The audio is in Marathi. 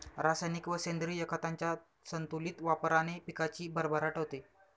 रासायनिक व सेंद्रिय खतांच्या संतुलित वापराने पिकाची भरभराट होते